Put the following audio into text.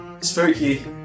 spooky